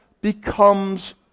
becomes